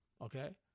Okay